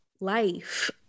life